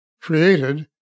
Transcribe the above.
created